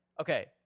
Okay